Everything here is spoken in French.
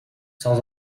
sans